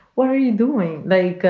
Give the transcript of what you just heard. why are you doing that?